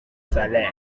saleh